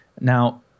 now